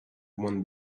one